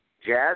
Jazz